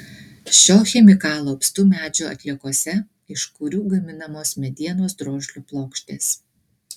šio chemikalo apstu medžio atliekose iš kurių gaminamos medienos drožlių plokštės